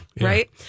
right